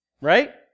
Right